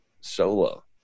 solo